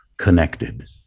connected